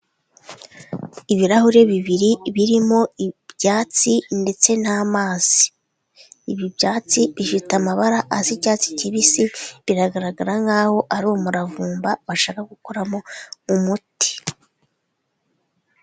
Ibirahure bibiri birimo ibyatsi ndetse n'amazi. Ibi byatsi bifite amabara asi icyatsi kibisi, biragaragara nk'aho ari umuravumba bashaka gukoramo umuti.